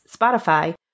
Spotify